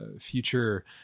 future